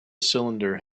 cylinder